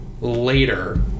later